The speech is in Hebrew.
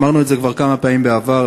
אמרנו את זה כבר כמה פעמים בעבר,